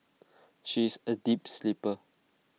she is A deep sleeper